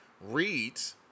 reads